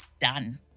done